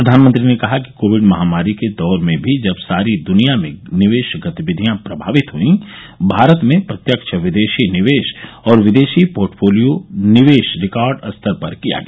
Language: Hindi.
प्रधानमंत्री ने कहा कि कोविड महामारी के दौर में भी जब सारी दूनिया में निवेश गतिविधियां प्रमावित हुई भारत में प्रत्यक्ष विदेशी निवेश और विदेशी पोर्टफोलियों निवेश रिकॉर्ड स्तर पर किया गया